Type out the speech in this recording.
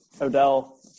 Odell